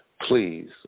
please